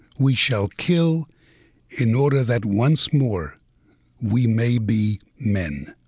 we shall kill in order that once more we may be men